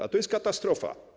A to jest katastrofa.